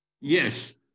Yes